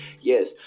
yes